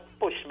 pushback